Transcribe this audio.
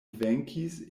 venkis